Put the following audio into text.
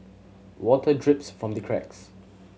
water drips from the cracks